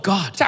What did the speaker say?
God